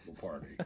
party